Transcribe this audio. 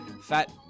Fat